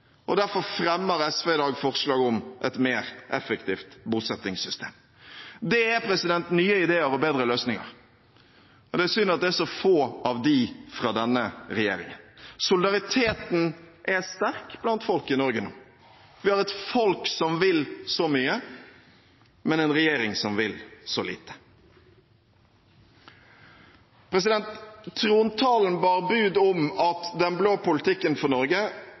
bosetting. Derfor fremmer SV i dag forslag om et mer effektivt bosettingssystem. Det er nye ideer og bedre løsninger, og det er synd at det er så få av dem fra denne regjeringen. Solidariteten er sterk blant folk i Norge nå. Vi har et folk som vil så mye, men en regjering som vil så lite. Trontalen bar bud om at den blå politikken for Norge